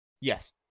Yes